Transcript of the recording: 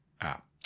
app